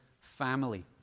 family